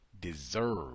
deserve